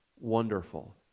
Wonderful